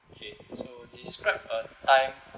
okay so describe a time